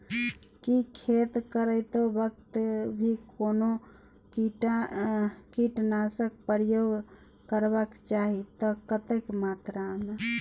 की खेत करैतो वक्त भी कोनो कीटनासक प्रयोग करबाक चाही त कतेक मात्रा में?